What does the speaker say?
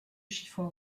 chiffon